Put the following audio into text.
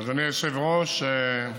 אדוני היושב-ראש,